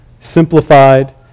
simplified